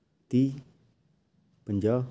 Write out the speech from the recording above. ਤੀਹ ਪੰਜਾਹ